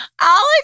Alex